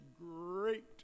great